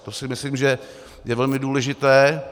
To si myslím, že je velmi důležité.